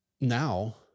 now